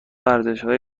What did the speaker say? ارزشهای